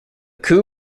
coupe